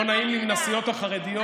לא נעים לי מהסיעות החרדיות,